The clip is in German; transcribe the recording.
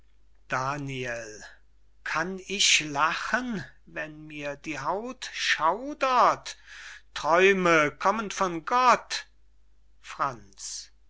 daniel kann ich lachen wenn mir die haut schaudert träume kommen von gott franz